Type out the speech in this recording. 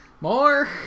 more